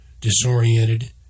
disoriented